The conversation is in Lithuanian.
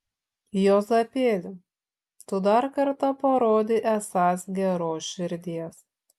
juozapėli tu dar kartą parodei esąs geros širdies